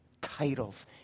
titles